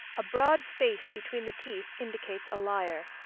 a broad space between the teeth indicates a liar.